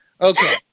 Okay